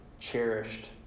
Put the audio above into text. Cherished